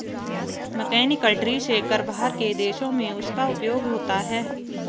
mechanical tree shaker बाहर के देशों में उसका उपयोग होता है